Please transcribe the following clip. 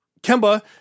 Kemba